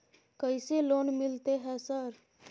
कैसे लोन मिलते है सर?